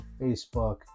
Facebook